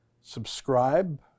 subscribe